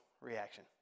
reaction